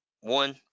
One